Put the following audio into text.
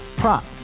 prop